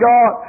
God